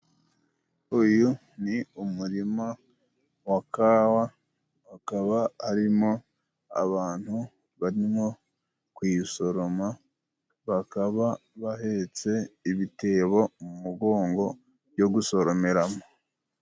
Uyu ni umurima wa kawa, akaba arimo abantu barimo kuyisoroma, bakaba bahetse ibitebo mu mugongo byo gusoromeramo.